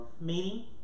meeting